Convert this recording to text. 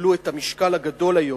שיקבלו את המשקל הגדול היום,